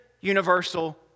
universal